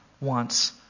wants